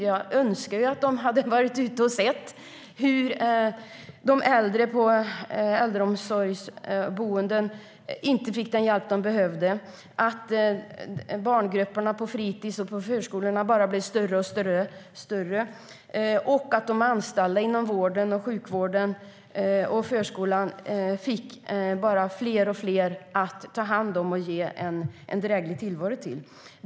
Jag skulle önska att de hade varit ute och sett hur de äldre på äldreboenden inte fick den hjälp de behövde, att barngrupperna på fritis och förskolorna blev allt större och att de anställda inom vården, sjukvården och förskolan fick allt fler att ta hand om och ge en dräglig tillvaro.